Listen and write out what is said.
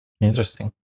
Interesting